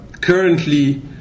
currently